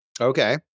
Okay